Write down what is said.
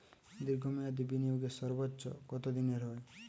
দীর্ঘ মেয়াদি বিনিয়োগের সর্বোচ্চ কত দিনের হয়?